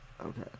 okay